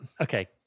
Okay